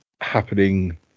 happening